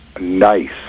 nice